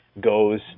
goes